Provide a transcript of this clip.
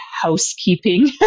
housekeeping